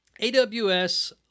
AWS